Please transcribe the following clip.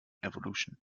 evolution